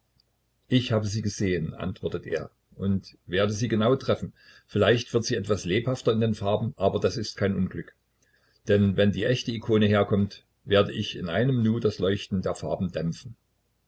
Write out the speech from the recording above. ich habe sie gesehen antwortet er und werde sie genau treffen vielleicht daß sie etwas lebhafter in den farben wird aber das ist kein unglück denn wenn die echte ikone herkommt werde ich in einem nu das leuchten der farben dämpfen